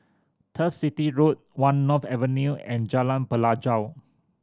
Turf City Road One North Avenue and Jalan Pelajau